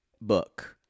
book